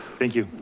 thank you.